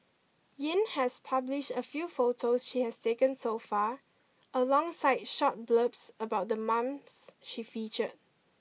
Yin has published a few photos she has taken so far alongside short blurbs about the mom's she featured